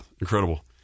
incredible